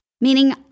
Meaning